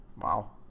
Wow